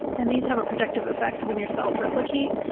and these have a protective effect when your cells replicate.